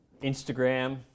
Instagram